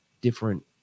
different